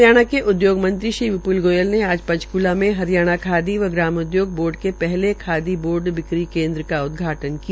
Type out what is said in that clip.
हरियाणा क उदयोग मंत्री श्री विप्ल गोयल ने आज पंचक्ला में हरियाणा खादी व ग्रामोदयोग बोर्ड के पहले खादी बोर्ड बिक्री केन्द्र का उदघाटन किया